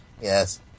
Yes